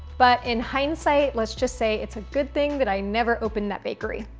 but in hindsight, let's just say it's a good thing that i never opened that bakery.